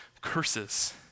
curses